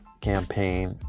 campaign